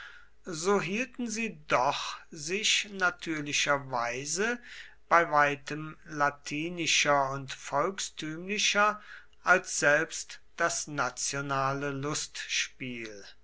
so hielten sie doch sich natürlicherweise bei weitem latinischer und volkstümlicher als selbst das nationale lustspiel